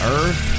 Earth